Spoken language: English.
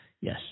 Yes